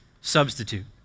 substitute